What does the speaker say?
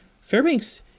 Fairbanks